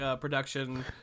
production